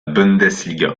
bundesliga